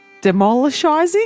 demolishing